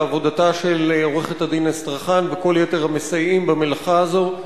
על עבודתה של עורכת-הדין אסטרחן וכל יתר המסייעים במלאכה הזאת.